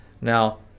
Now